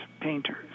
painters